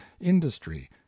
industry